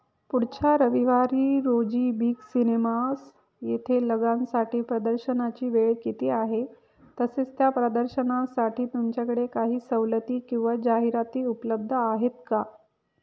पुढच्या रविवारी रोजी बिग सिनेमास येथे लगानसाठी प्रदर्शनाची वेळ किती आहे तसेच त्या प्रदर्शनासाठी तुमच्याकडे काही सवलती किंवा जाहिराती उपलब्ध आहेत का